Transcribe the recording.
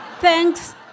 Thanks